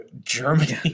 Germany